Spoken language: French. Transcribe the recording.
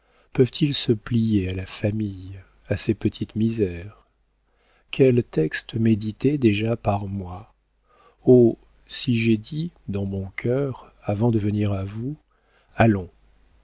peuvent-ils se plier à la famille à ses petites misères quel texte médité déjà par moi oh si j'ai dit dans mon cœur avant de venir à vous allons